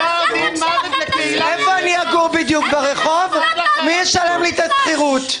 --- מי ישלם לי את השכירות?